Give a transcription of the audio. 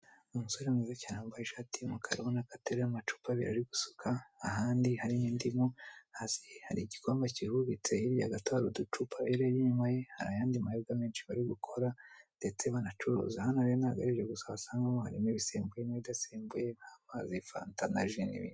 Umusore mwiza cyane wa, mbaye ishati y'umukara ubona ko ateruye amacupa abiri ari gusuka, ahandi hari indimo hasi hari igikombe kihubitse, hagati hari utucupa urebeye inyuma ye, hari ayandi mayoga menshi bari gukora, ndetse banacuruza, hano rero ntabwo ari ibyo gusa wasangamo, harimo ibisembuye n'ibidasembuye, amazi, fanta, ndetse n'ibindi.